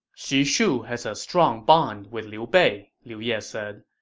xu shu has a strong bond with liu bei, liu ye said.